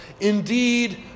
Indeed